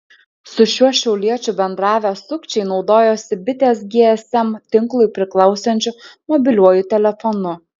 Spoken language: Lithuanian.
su šiuo šiauliečiu bendravę sukčiai naudojosi bitės gsm tinklui priklausančiu mobiliuoju telefonu